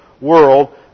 world